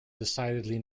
decidedly